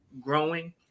growing